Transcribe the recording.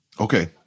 Okay